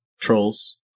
Trolls